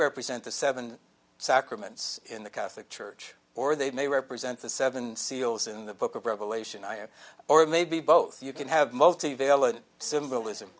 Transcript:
represent the seven sacraments in the catholic church or they may represent the seven seals in the book of revelation i am or maybe both you can have multivalent symbolism